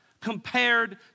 compared